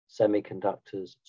semiconductors